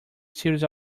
series